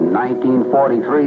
1943